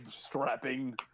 strapping